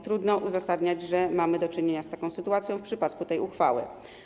Trudno uzasadniać, że mamy do czynienia z taką sytuacją w przypadku tej uchwały.